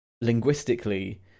linguistically